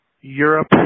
Europe